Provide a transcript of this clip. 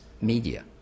media